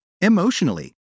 Emotionally